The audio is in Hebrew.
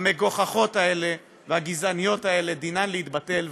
המגוחכות האלה והגזעניות האלה, דינן להתבטל.